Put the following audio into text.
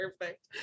perfect